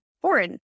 foreign